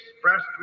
expressed